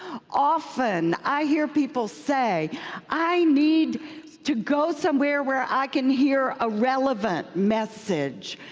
often, i hear people say i need to go somewhere where i can hear a relevant message.